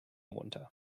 runter